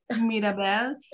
mirabel